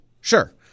Sure